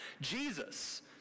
Jesus